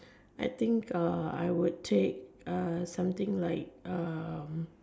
I think I would take something like